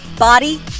Body